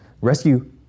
rescue